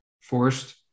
forced